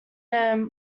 this